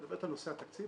את מדברת על נושא התקציב?